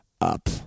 up